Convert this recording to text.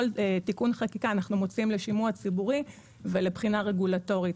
כל תיקון חקיקה אנחנו מוציאים לשימוע ציבורי ולבחינה רגולטורית.